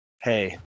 Hey